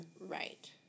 Right